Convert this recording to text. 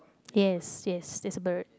yes yes there's a bird